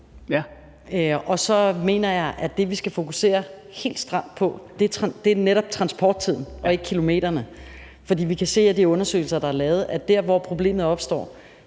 og så mener jeg, at det, vi skal fokusere helt stramt på, netop er transporttiden og ikke antallet af kilometer, for vi kan se af de undersøgelser, der er lavet, at der, hvor problemet opstår,